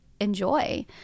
enjoy